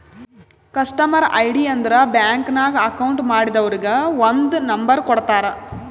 customer ID ಅಂದುರ್ bank ನಾಗ್ account ಮಾಡ್ದವರಿಗ್ ಒಂದ್ ನಂಬರ್ ಕೊಡ್ತಾರ್